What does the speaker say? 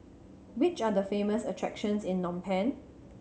which are the famous attractions in Phnom Penh